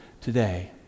today